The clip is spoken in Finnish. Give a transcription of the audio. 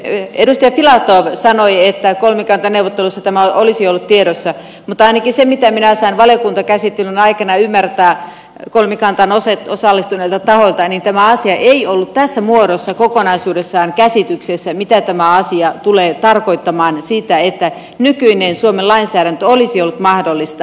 edustaja filatov sanoi että kolmikantaneuvottelussa tämä olisi ollut tiedossa mutta ainakin sen perusteella mitä minä sain valiokuntakäsittelyn aikana ymmärtää kolmikantaan osallistuneilta tahoilta tämä asia ei ollut tässä muodossa kokonaisuudessaan käsityksessä mitä tämä asia tulee tarkoittamaan että nykyinen suomen lainsäädäntö olisi ollut mahdollista